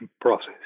process